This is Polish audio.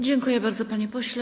Dziękuję bardzo, panie pośle.